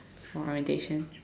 orientation